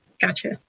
Gotcha